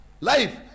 life